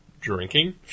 drinking